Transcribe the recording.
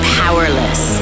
powerless